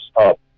up